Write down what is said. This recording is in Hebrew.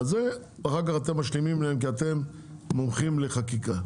ואחר כך אתם משלימים להם כי אתם מומחים בחקיקה.